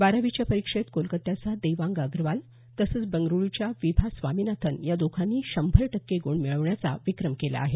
बारावीच्या परीक्षेत कोलकात्याचा देवांग अग्रवाल तसंच बंगळरूच्या विभा स्वामिनाथन या दोघांनी शंभर टक्के गुण मिळवण्याचा विक्रम केला आहे